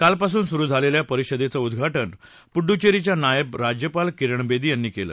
काल पासून सुरु झालेल्या परिषदेचं उद्घाटन पुडुचेरीच्या नायब राज्यपाल किरण बेदी यांनी केलं